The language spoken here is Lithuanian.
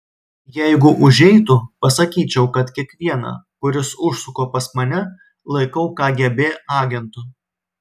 jeigu užeitų pasakyčiau kad kiekvieną kuris užsuka pas mane laikau kgb agentu